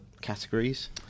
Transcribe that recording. Categories